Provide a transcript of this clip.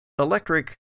Electric